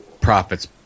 profits